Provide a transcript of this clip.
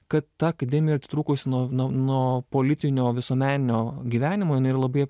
kad ta akademija yra atitrūkus nuo nuo politinio visuomeninio gyvenimo jinai labai